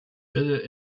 visit